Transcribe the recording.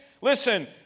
Listen